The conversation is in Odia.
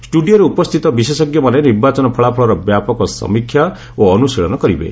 ଷ୍ଟୁଡିଓରେ ଉପସ୍ଥିତ ବିଶେଷଜ୍ଞମାନେ ନିର୍ବାଚନ ଫଳାଫଳର ବ୍ୟାପକ ସମୀକ୍ଷା ଓ ଅନୁଶୀଳନ କରିବେ